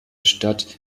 stadt